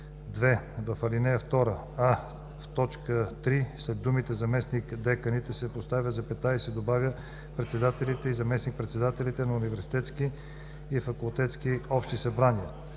2. В ал. 2: а) в т. 3 след думите „заместник-деканите“ се поставя запетая и се добавя „председателите и заместник-председателите на университетски и факултетски общи събрания;“;